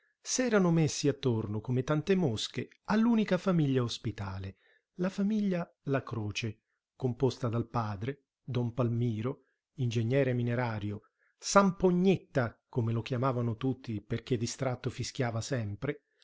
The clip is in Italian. sicilia s'erano messi attorno come tante mosche all'unica famiglia ospitale la famiglia la croce composta dal padre don palmiro ingegnere minerario sampognetta come lo chiamavano tutti perché distratto fischiava sempre